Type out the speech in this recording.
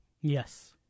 Yes